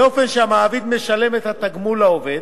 באופן שהמעביד משלם את התגמול לעובד,